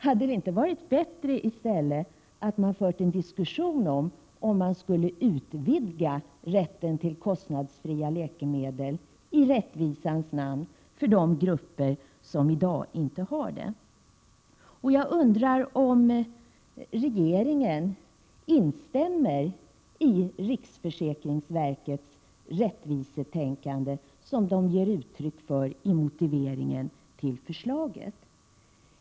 Hade det inte varit bättre att föra en diskussion om huruvida man skulle utvidga rätten till kostnadsfria läkemedel, i rättvisans namn, för de grupper som i dag inte har denna rätt? Jag undrar om regeringen instämmer i riksförsäkringsverkets ”rättvisetänkande”, för vilket det ges uttryck i motiveringen till förslaget.